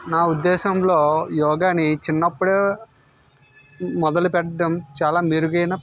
నా ఉద్దేశంలో యోగాని చిన్నప్పుడు మొదలు పెట్టడం చాలా మెరుగైన